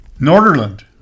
Norderland